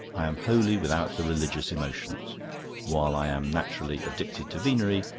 i am wholly without the religious emotions while i am naturally addicted to venery,